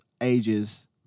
ages